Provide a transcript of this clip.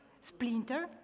Splinter